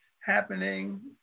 happening